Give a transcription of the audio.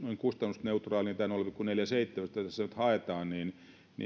noin kustannusneutraali niin tämä nolla pilkku neljäkymmentäseitsemän jota tässä nyt haetaan niin